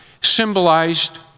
symbolized